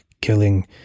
killing